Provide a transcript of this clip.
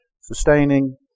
sustaining